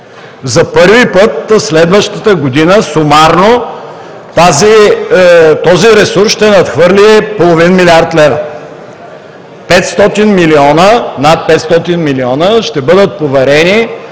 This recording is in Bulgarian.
За първи път следващата година сумарно този ресурс ще надхвърли половин милиард лева. Над 500 милиона ще бъдат поверени